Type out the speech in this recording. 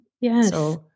yes